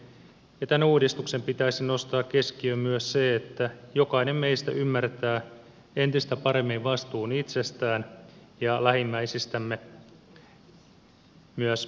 ja tämän uudistuksen pitäisi nostaa keskiöön myös se että jokainen meistä ymmärtää entistä paremmin vastuun itsestään ja lähimmäisistämme myös tulevaisuudessa